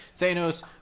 Thanos